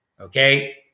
okay